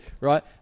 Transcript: right